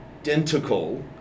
identical